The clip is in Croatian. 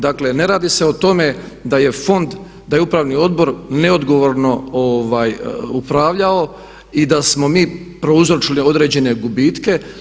Dakle ne radi se o tome da je fond, da je upravni odbor neodgovorno upravljao i da smo mi prouzročili određene gubitke.